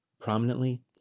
Prominently